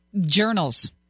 Journals